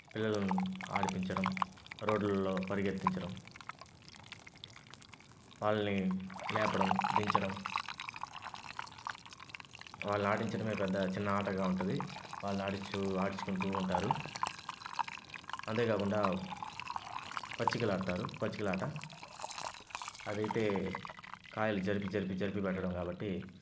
పిల్లలను ఆడిపించడం రోడ్లలో పరిగెత్తించడం వాళ్లని లేపడం దించడం వాళ్లని ఆడించడమే పెద్ద చిన్న ఆటగా ఉంటుంది వాళ్ళని ఆడించు ఆడించుకుంటూ ఉంటారు అంతేకాకుండా పచ్చికలంటారు పచ్చికలాట అది అయితే కాయలు జరిపి జరిపి జరిపి పెట్టడం కాబట్టి